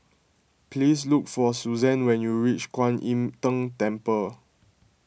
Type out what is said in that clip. please look for Susanne when you reach Kuan Im Tng Temple